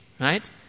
Right